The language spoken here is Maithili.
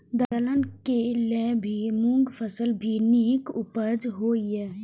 दलहन के लेल भी मूँग फसल भी नीक उपजाऊ होय ईय?